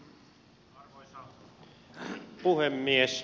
arvoisa puhemies